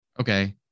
Okay